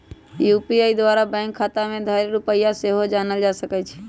UPI द्वारा bank खता में धएल रुपइया सेहो जानल जा सकइ छै